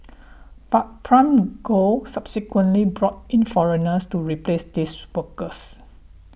but Prime Gold subsequently brought in foreigners to replace these workers